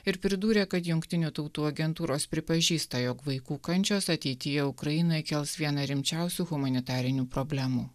ir pridūrė kad jungtinių tautų agentūros pripažįsta jog vaikų kančios ateityje ukrainoj kels vieną rimčiausių humanitarinių problemų